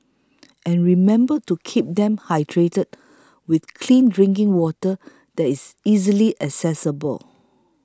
and remember to keep them hydrated with clean drinking water there is easily accessible